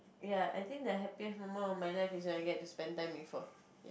ya I think the happiest moment of my life is when I get to spend time with her